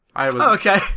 Okay